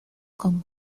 con